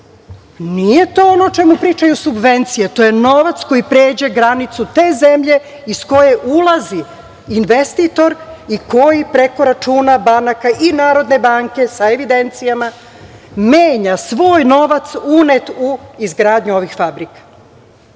nije to ono o čemu pričaju subvencije, to je novac koji pređe granicu te zemlje iz koje ulazi investitor i koji preko računa banaka i Narodne banke, sa evidencijama, menja svoj novac, unet u izgradnju ovih fabrika. Da